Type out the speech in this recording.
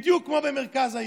בדיוק כמו במרכז העיר.